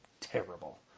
terrible